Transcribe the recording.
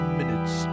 minutes